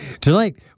Tonight